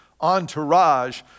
entourage